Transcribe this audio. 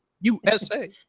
USA